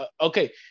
okay